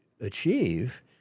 achieve